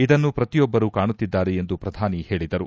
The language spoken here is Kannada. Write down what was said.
ಇದನ್ನು ಪ್ರತಿಯೊಬ್ಬರು ಕಾಣುತ್ತಿದ್ದಾರೆ ಎಂದು ಪ್ರಧಾನಿ ಹೇಳಿದರು